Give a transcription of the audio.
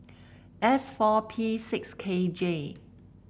S four P six K J